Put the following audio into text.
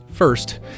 First